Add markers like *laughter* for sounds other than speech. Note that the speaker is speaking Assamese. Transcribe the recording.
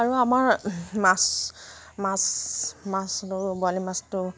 আৰু আমাৰ মাছ মাছ *unintelligible* বৰালি মাছটো